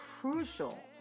crucial